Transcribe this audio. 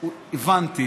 הבנתי